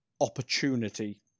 opportunity